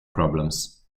problems